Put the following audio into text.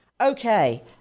Okay